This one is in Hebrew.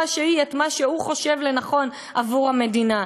שהיא את מה שהוא חושב לנכון עבור המדינה,